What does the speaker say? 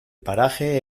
paraje